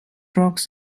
rocks